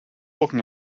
talking